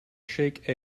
shake